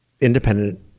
independent